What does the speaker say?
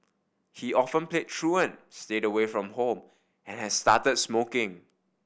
he often played truant stayed away from home and had started smoking